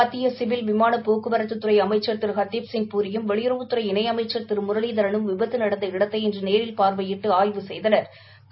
மத்திய சிவில் விமான போக்குவரத்துத்துறை அமைச்சர் திரு ஹர்தீப் சிங் பூரி யும் வெளியுறவுத்துறை இணை அமைச்சா் திரு முரளிதரனும் விபத்து நடந்த இடத்தை இன்று நேரில் பாாவையிட்டு ஆய்வு செய்தாா்